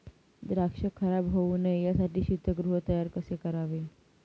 द्राक्ष खराब होऊ नये यासाठी शीतगृह तयार कसे करावे?